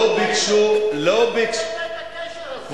לא ביקשו, לא ביקשו, את הקשר הזה.